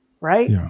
right